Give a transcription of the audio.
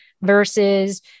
versus